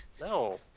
no